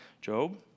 Job